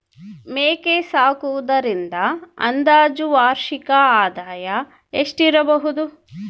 ಮೇಕೆ ಸಾಕುವುದರಿಂದ ಅಂದಾಜು ವಾರ್ಷಿಕ ಆದಾಯ ಎಷ್ಟಿರಬಹುದು?